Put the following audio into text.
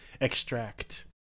extract